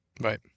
Right